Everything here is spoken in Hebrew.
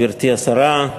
גברתי השרה,